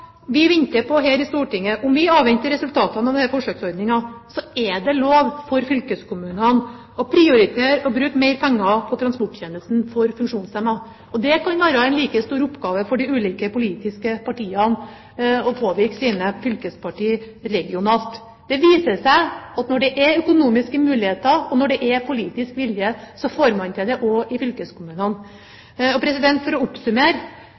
vi venter på her på Stortinget – om vi avventer resultatene av denne forsøksordningen – er det lov for fylkeskommunene å prioritere å bruke mer penger på transporttjenesten for funksjonshemmede. Det kan være en like stor oppgave for de ulike politiske partiene å påvirke sine fylkespartier regionalt. Det viser seg at når det er økonomiske muligheter og når det er politisk vilje, så får man det til også i fylkeskommunene. For å oppsummere: